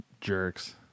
jerks